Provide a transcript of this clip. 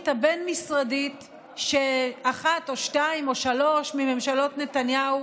הבין-משרדית שאחת או שתיים או שלוש מממשלות נתניהו